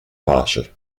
pace